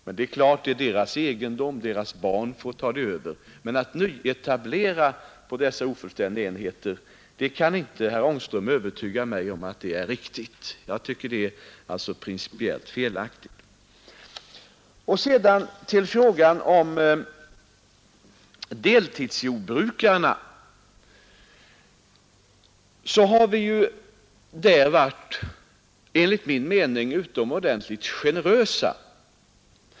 men det är klart att det är dessa människors egendom och att deras barn får ta över det. Att det däremot skulle vara riktigt att nyetablera på dessa enheter kan herr Angström inte övertyga mig om. Jag tycker det är principiellt felaktigt. I fråga om deltidsjordbrukarna har vi enligt min mening varit utomordentligt generösa.